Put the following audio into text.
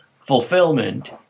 fulfillment